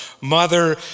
mother